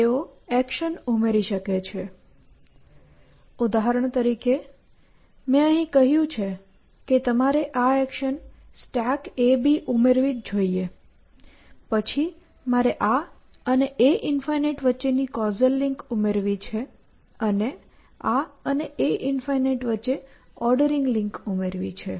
તેઓ એક્શન ઉમેરી શકે છે ઉદાહરણ તરીકે મેં અહીં કહ્યું છે કે તમારે આ એક્શન stackAB ઉમેરવી જ જોઈએ પછી મારે આ અને a∞ વચ્ચેની કૉઝલ લિંક ઉમેરવી છે અને આ અને a∞ વચ્ચે ઓર્ડરિંગ લિંક ઉમેરવી છે